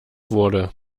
wurde